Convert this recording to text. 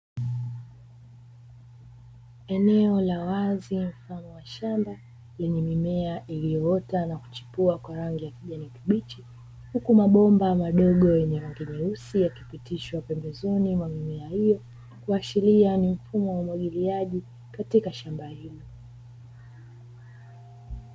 Eneo la wazi mfano wa shamba, lenye mimea iliyoota na kuchipua kwa rangi ya kijani kibichi, huku mabomba madogo yenye rangi nyeusi yakipitishwa pembezoni mwa mimea hiyo, kuashiria ni mfumo wa umwagiliaji katika shamba hilo.